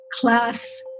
class